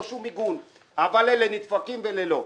אין לו מיגון אבל אלה נדפקים ואלה לא.